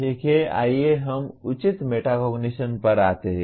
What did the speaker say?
ठीक है आइए हम उचित मेटाकोग्निशन पर आते हैं